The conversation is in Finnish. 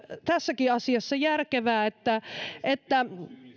tässäkin asiassa järkevää että